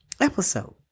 episode